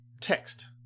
text